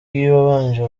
wabanje